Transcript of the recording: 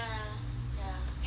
ya I just